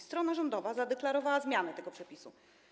Strona rządowa zadeklarowała zmianę tego przepisu.